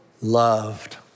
loved